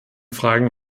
fragen